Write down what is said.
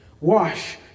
Wash